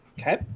Okay